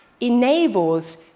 enables